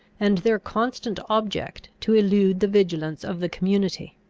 and their constant object to elude the vigilance of the community.